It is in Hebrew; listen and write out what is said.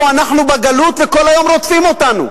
אנחנו בגלות וכל היום רודפים אותנו.